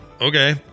Okay